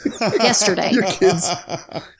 yesterday